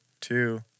two